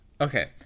Okay